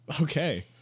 Okay